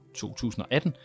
2018